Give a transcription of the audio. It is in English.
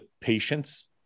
patience